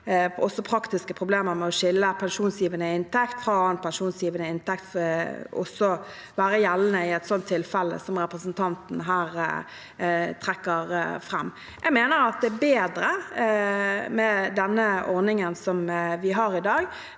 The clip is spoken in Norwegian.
være praktiske problemer med å skille pensjonsgivende inntekt fra annen pensjonsgivende inntekt i et sånt tilfelle som representanten her trekker fram. Jeg mener det er bedre med den ordningen vi har i dag,